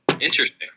Interesting